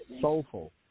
Soulful